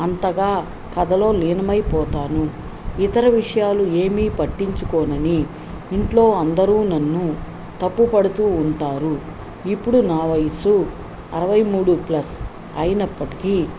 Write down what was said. అంతగా కథలో లీనమైపోతాను ఇతర విషయాలు ఏమీ పట్టించుకోనని ఇంట్లో అందరూ నన్ను తప్పుపడుతూ ఉంటారు ఇప్పుడు నా వయసు అరవై మూడు ప్లస్ అయినప్పటికీ